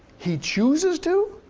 he chooses to?